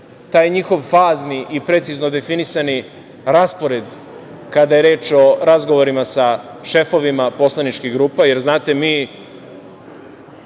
taj njihov fazni i precizno definisani raspored, kada je reč o razgovorima sa šefovima poslaničkih grupa? Jer, znate mi